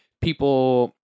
people